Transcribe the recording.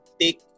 take